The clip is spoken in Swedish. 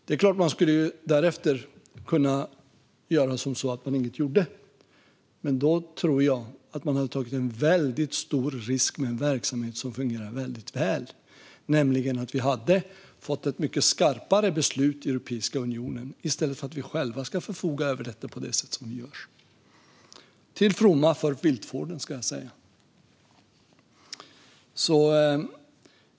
Det är klart att man därefter skulle ha kunnat låta bli att göra något, men då tror jag att man hade tagit en väldigt stor risk med en verksamhet som fungerar väldigt väl. Vi hade då kunnat få ett mycket skarpare beslut i Europeiska unionen än när vi själva förfogar över detta på det sätt som vi gör - till fromma för viltvården, ska jag säga.